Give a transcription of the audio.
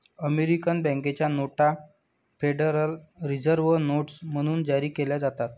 American बँकेच्या नोटा Federal Reserve notes म्हणून जारी केल्या जातात